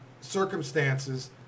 circumstances